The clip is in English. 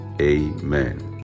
Amen